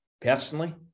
personally